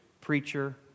preacher